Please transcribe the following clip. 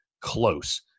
close